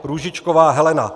Růžičková Helena